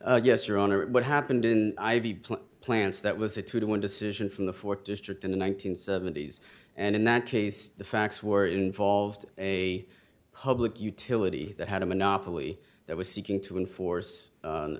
honor what happened in plants that was a two to one decision from the fourth district in the one nine hundred seventy s and in that case the facts were involved a public utility that had a monopoly that was seeking to enforce